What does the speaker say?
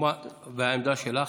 והעמדה שלך?